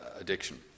addiction